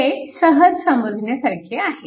हे सहज समजण्यासारखे आहे